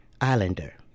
Islander